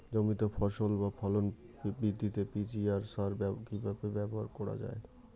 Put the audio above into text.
জমিতে ফসল বা ফলন বৃদ্ধিতে পি.জি.আর সার কীভাবে ব্যবহার করা হয়?